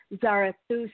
Zarathustra